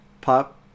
pop